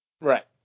Right